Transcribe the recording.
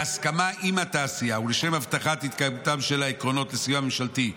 בהסכמה עם התעשייה ולשם הבטחת התקיימותם של העקרונות לסיוע ממשלתי,